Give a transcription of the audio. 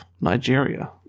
Nigeria